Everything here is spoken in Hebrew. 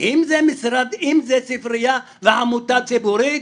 אם זה ספרייה ועמותה ציבורית